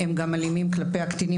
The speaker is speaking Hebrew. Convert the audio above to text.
הם גם אלימים כלפי הילדים,